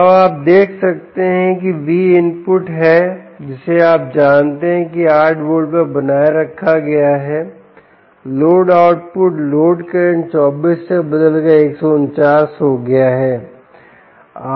तो अब आप देख सकते हैं कि v इनपुट है जिसे आप जानते हैं कि 8 वोल्ट पर बनाए रखा गया है लोड आउटपुट लोड करंट 24 से बदलकर 149 हो गया है